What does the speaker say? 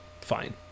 fine